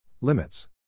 Limits